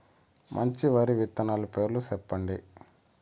మంచి వరి విత్తనాలు పేర్లు చెప్పండి?